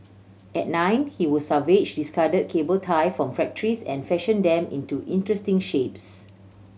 at nine he would salvage discard cable tie from factories and fashion them into interesting shapes